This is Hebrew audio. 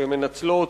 שהן מנצלות,